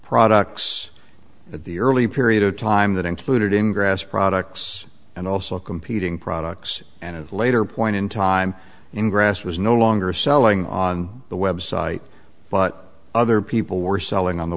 products that the early period of time that included in grass products and also competing products and a later point in time in grass was no longer selling on the website but other people were selling on the